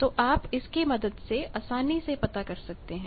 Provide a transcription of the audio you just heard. तो आप इसकी मदद से आसानी से पता कर सकते हैं